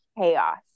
chaos